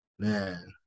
Man